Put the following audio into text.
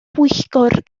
bwyllgor